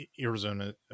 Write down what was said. Arizona